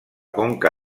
conca